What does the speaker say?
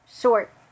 short